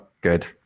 Good